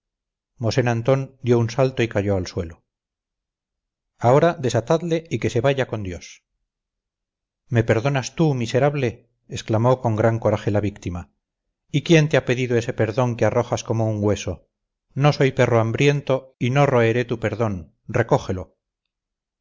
mosén antón dio un salto y cayó al suelo ahora desatadle y que se vaya con dios me perdonas tú miserable exclamó con gran coraje la víctima y quién te ha pedido ese perdón que arrojas como un hueso no soy perro hambriento y no roeré tu perdón recógelo